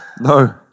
no